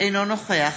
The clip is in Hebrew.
אינו נוכח